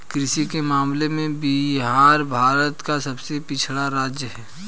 कृषि के मामले में बिहार भारत का सबसे पिछड़ा राज्य है